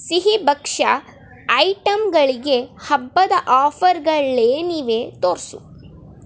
ಸಿಹಿಭಕ್ಷ್ಯ ಐಟಮ್ಗಳಿಗೆ ಹಬ್ಬದ ಆಫರ್ಗಳೇನಿವೆ ತೋರಿಸು